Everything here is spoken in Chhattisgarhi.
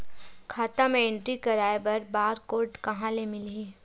खाता म एंट्री कराय बर बार कोड कहां ले मिलही?